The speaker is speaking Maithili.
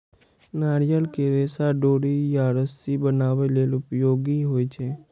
नारियल के रेशा डोरी या रस्सी बनाबै लेल उपयोगी होइ छै